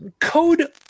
code